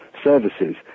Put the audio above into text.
services